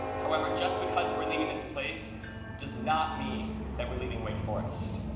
however, just because we're leaving this place does not mean that we're leaving wake forest.